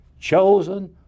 chosen